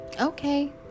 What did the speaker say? Okay